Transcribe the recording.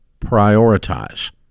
prioritize